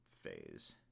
phase